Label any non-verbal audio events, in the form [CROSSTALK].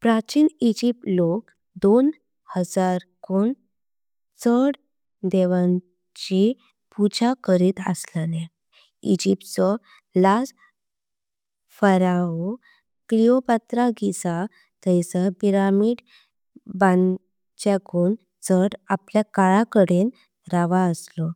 प्राचिन इजिप्त लोक दोन हजार कुन चड देवांची पूजा करित। असलाले इजिप्त छो लास्ट [HESITATION] फिराओह। क्लेओपात्रा गिझा थयसर पिरॅमिड। [HESITATION] बांच्यकुन चड आपल्या काळा कडेण रवा असलो